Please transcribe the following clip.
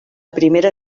primera